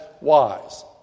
wise